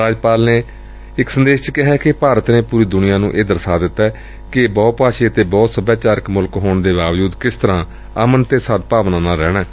ਰਾਜਪਾਲ ਨੇ ਇਕ ਸੰਦੇਸ਼ ਚ ਕਿਹੈ ਕਿ ਭਾਰਤ ਨੇ ਪੂਰੀ ਦੁਨੀਆ ਨੂੰ ਇਹ ਦਰਸਾ ਦਿੱਤੈ ਕਿ ਬਹੁ ਭਾਸ਼ੀ ਅਤੇ ਬਹੁ ਸਭਿਆਚਾਰਕ ਮੁਲਕ ਹੋਣ ਦੇ ਬਾਵਜੁਦ ਕਿਸ ਤਰੂਾ ਅਮਨ ਤੇ ਸਦਭਾਵਨਾ ਨਾਲ ਰਹਿਣਾ ਏ